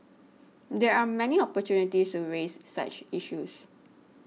there are many opportunities to raise such issues